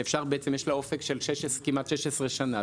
ששם יש לה אופק של כמעט 16 שנה.